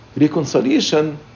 Reconciliation